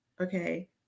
okay